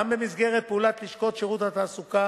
גם במסגרת פעולת לשכות שירות התעסוקה